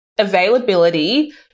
availability